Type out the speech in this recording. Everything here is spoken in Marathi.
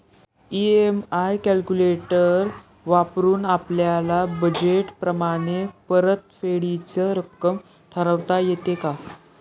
इ.एम.आय कॅलक्युलेटर वापरून आपापल्या बजेट प्रमाणे परतफेडीची रक्कम ठरवता येते का?